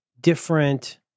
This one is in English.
different